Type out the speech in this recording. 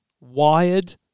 wired